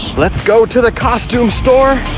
let's go to the costume store!